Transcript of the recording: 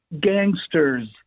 gangsters